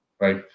Right